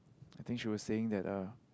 I think she was saying that uh